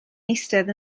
eistedd